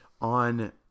on